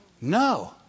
No